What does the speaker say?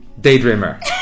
daydreamer